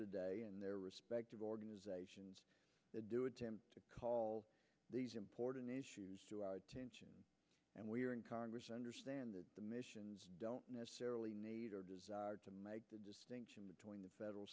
today and their respective organizations do attempt to call these important issues and we are in congress understand that the missions don't necessarily need or desire to make the distinction between the federal